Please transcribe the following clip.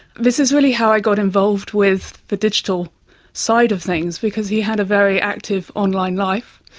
this is really how i got involved with the digital side of things because he had a very active online life,